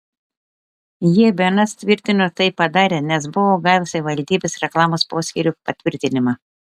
jie bns tvirtino tai padarę nes buvo gavę savivaldybės reklamos poskyrio patvirtinimą